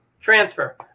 Transfer